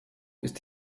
ist